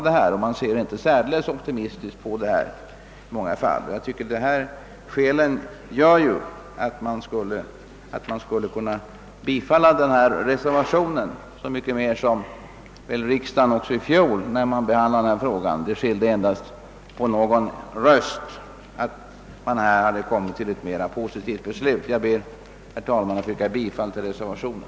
Man ser i många fall inte särdeles optimiästiskt på detta. Jag tycker att dessa skäl gör att man skulle kunna bifalla reservationen, så mycket mer som det bara skilde på någon röst att man hade kommit till ett positivt resultat när riksdagen i fjol behandlade denna fråga. Herr talman! Jag ber att få yrka bifall till reservationen.